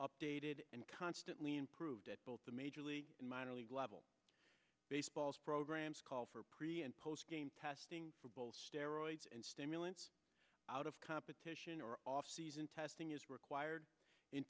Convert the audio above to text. updated and constantly improved at both the major league and minor league level baseball's programs call for pre and post game testing for both steroids and stimulants out of competition or offseason testing is required in